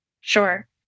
Sure